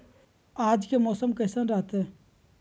आज के मौसम कैसन रहताई?